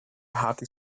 hearty